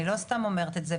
אני לא סתם אומרת את זה,